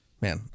man